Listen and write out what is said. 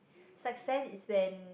success is when